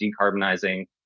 decarbonizing